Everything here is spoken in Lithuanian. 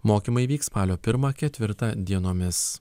mokymai vyks spalio pirmą ketvirtą dienomis